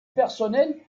personnel